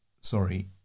sorry